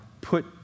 put